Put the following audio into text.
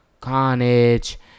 Carnage